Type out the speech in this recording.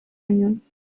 nyuma